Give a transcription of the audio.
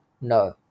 No